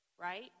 Right